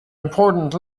important